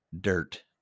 dirt